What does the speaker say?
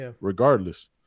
Regardless